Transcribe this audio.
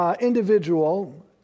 individual